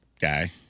guy